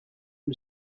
and